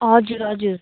हजुर हजुर